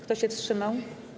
Kto się wstrzymał?